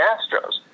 Astros